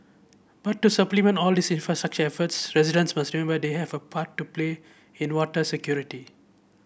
but to supplement all these infrastructure efforts residents must remember they have a part to play in water security